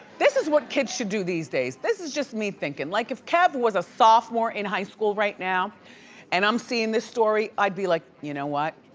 this is what kids should do these days, this is just me thinking. like if kev was a sophomore in high school right now and i'm seeing this story, i'd be like, you know what,